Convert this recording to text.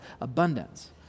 abundance